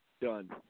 done